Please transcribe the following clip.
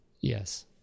Yes